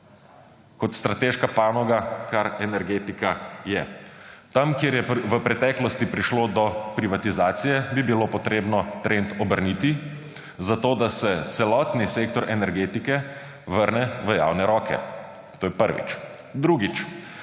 kot strateško panogo, kar energetika je. Tam, kjer je v preteklosti prišlo do privatizacije, bi bilo treba trend obrniti, zato da se celotni sektor energetike vrne v javne roke. To je prvič. Drugič,